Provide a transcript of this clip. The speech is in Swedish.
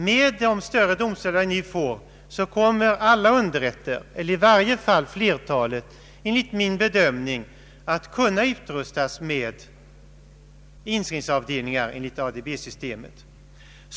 Med de större domstolar vi nu får kommer alla underrätter eller i varje fall flertalet enligt min bedömning att kunna utrustas med inskrivningsavdelning enligt ADB-systemet.